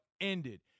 ended